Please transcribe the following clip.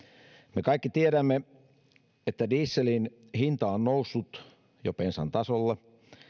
me kaikki tiedämme että dieselin hinta on noussut jo bensan tasolle